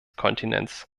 kontinents